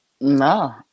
no